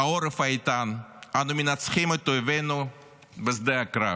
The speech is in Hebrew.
העורף האיתן, אנו מנצחים את אויבינו בשדה הקרב.